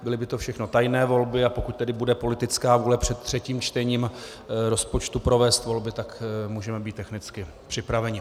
Byly by to všechno tajné volby, a pokud tedy bude politická vůle před třetím čtením rozpočtu provést volby, můžeme být technicky připraveni.